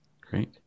Great